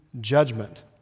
judgment